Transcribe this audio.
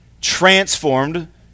transformed